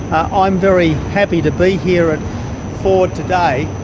i'm very happy to be here at ford today,